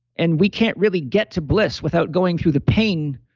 and we can't really get to bliss without going through the pain